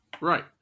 Right